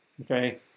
Okay